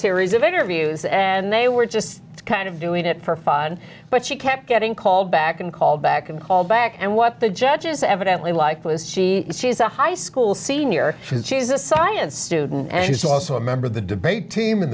series of interviews and they were just kind of doing it for fun but she kept getting called back and called back and called back and what the judges evidently liked was she she's a high school senior she's a science student and she's also a member of the debate team